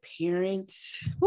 parents